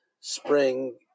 spring